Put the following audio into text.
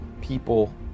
people